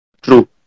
true